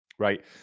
Right